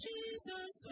Jesus